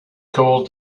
called